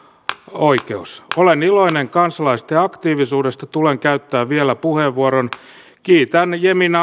oikeus olen iloinen kansalaisten aktiivisuudesta tulen käyttämään vielä puheenvuoron kiitän jemina